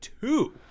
two